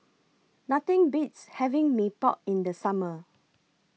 Nothing Beats having Mee Pok in The Summer